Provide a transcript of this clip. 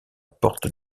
porte